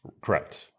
Correct